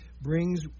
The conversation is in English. brings